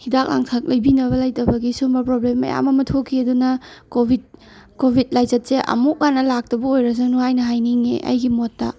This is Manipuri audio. ꯍꯤꯗꯥꯛ ꯂꯥꯡꯊꯛ ꯂꯩꯕꯤꯅꯕ ꯂꯩꯇꯕꯒꯤ ꯁꯤꯒꯨꯝꯕ ꯄ꯭ꯔꯣꯕ꯭ꯂꯦꯝ ꯃꯌꯥꯝ ꯑꯃ ꯊꯣꯛꯈꯤ ꯑꯗꯨꯅ ꯀꯣꯚꯤꯠ ꯀꯣꯚꯤꯠ ꯂꯥꯏꯆꯠꯁꯦ ꯑꯃꯨꯛ ꯍꯟꯅ ꯂꯥꯛꯇꯕ ꯑꯣꯏꯔꯖꯅꯨ ꯍꯥꯏꯅ ꯍꯥꯏꯅꯤꯡꯉꯦ ꯑꯩꯒꯤ ꯃꯣꯠꯇ